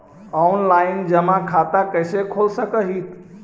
Online जमा खाता कैसे खोल सक हिय?